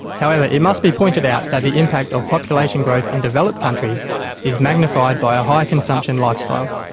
however, it must be pointed out that the impact of population growth in developed countries is magnified by a high-consumption lifestyle.